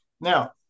Now